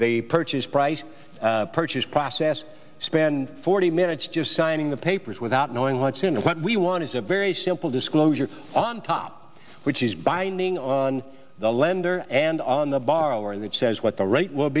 they purchase price purchase process spend forty minutes just signing the papers without knowing how to know what we want is a very simple disclosure on top which is binding on the lender and on the borrower that says what the rate will